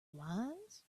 limes